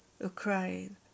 Ukraine